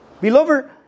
Beloved